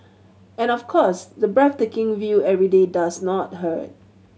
and of course the breathtaking view every day does not hurt